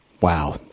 Wow